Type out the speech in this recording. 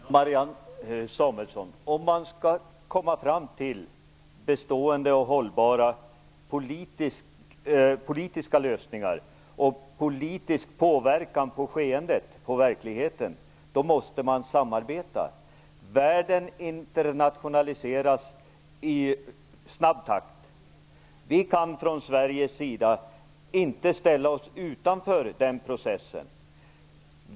Fru talman! Om man, Marianne Samuelsson, skall komma fram till bestående och hållbara politiska lösningar och politiskt påverka skeendet i verkligheten måste man samarbeta. Världen internationaliseras i snabb takt. Från svensk sida kan vi inte ställa oss utanför den processen.